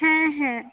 হ্যাঁ হ্যাঁ